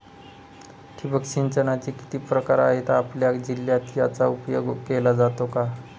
ठिबक सिंचनाचे किती प्रकार आहेत? आपल्या जिल्ह्यात याचा उपयोग केला जातो का?